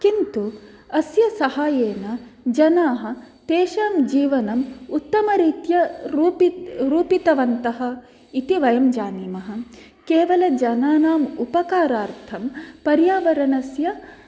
किन्तु अस्य सहायेन जनाः तेषां जीवनम् उत्तमरीत्या रूपित रूपितवन्तः इति वयं जानीमः केवलं जनानाम् उपकारार्थं पर्यावरणस्य